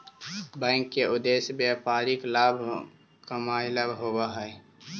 bank के उद्देश्य व्यापारिक लाभ कमाएला होववऽ हइ